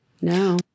No